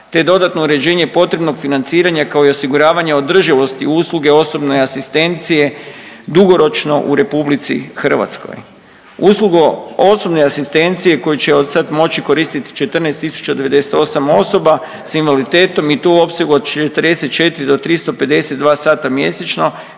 te dodatno uređenje potrebnog financiranja kao i osiguravanja održivosti usluge osobne asistencije dugoročno u RH. Usluge osobne asistencije koje će od sad moći koristiti 14098 osoba s invaliditetom i to u opsegu od 44 do 352 sati mjesečno,